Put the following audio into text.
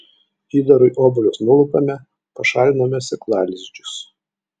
įdarui obuolius nulupame pašaliname sėklalizdžius